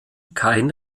kein